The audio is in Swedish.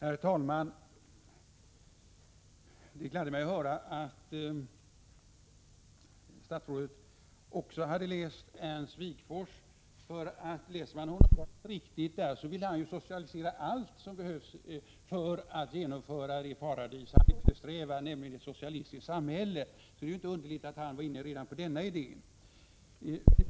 Herr talman! Det gladde mig att höra att statsrådet också hade läst Ernst Wigforss. Läser man Ernst Wigforss rätt kommer man fram till att han ville socialisera allt som behövs för att genomföra det paradis han eftersträvade, nämligen ett socialistiskt samhälle. Det är ju inte underligt att redan han var inne på denna idé.